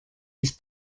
his